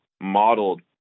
modeled